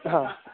हां